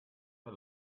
mir